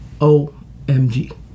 OMG